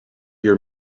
your